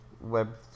web